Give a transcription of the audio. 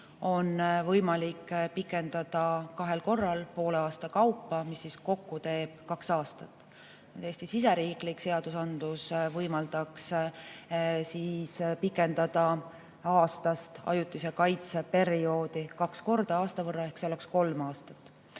on võimalik pikendada kahel korral poole aasta kaupa, mis kokku teeb kaks aastat. Eesti seadusandlus võimaldaks pikendada aastast ajutise kaitse perioodi kaks korda aasta võrra ehk see oleks kolm aastat.